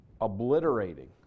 obliterating